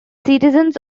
citizens